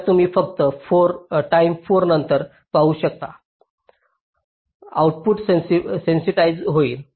तर तुम्ही फक्त टाईम 4 नंतर पाहू शकता आउटपुट स्टॅबिलिज्ड होईल